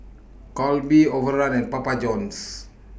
Calbee Overrun and Papa Johns